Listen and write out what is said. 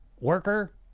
worker